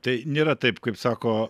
tai nėra taip kaip sako